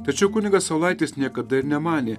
tačiau kunigas saulaitis niekada ir nemanė